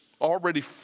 already